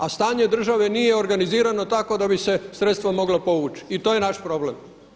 A stanje države nije organizirano tako da bi se sredstva mogla povući i to je naš problem.